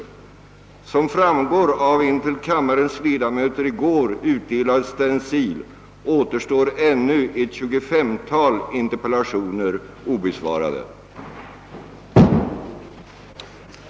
Såsom framgår av en till kammarens ledamöter i går utdelad stencil återstår ännu ett tjugufemtal interpellationer obesvarade.